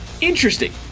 interesting